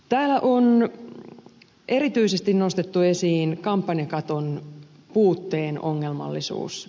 täällä on erityisesti nostettu esiin kampanjakaton puutteen ongelmallisuus